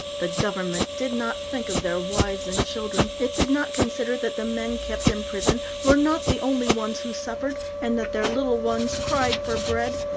the government did not think of their wives and children. it did not consider that the men kept in prison were not the only ones who suffered, and that their little ones cried for bread.